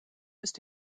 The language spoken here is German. ist